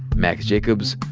max jacobs,